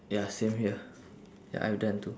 ya same here ya I've done two